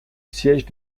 siège